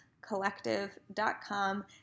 collective.com